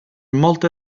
molte